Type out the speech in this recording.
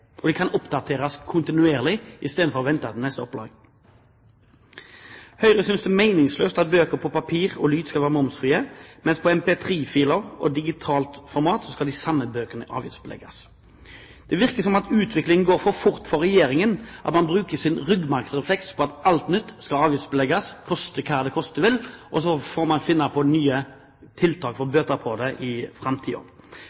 og de kan oppdateres kontinuerlig istedenfor at en må vente til neste opplag. Høyre synes det er meningsløst at bøker på papir og lydbøker skal være momsfrie, mens på mp3-filer og i digitalt format skal de samme bøkene avgiftsbelegges. Det virker som om utviklingen går for fort for Regjeringen, at man bruker sin ryggmargsrefleks på at alt nytt skal avgiftsbelegges, koste hva det koste vil, og så får man finne på nye tiltak for